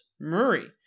Murray